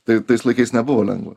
tai tais laikais nebuvo lengva